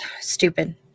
Stupid